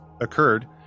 occurred